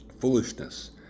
foolishness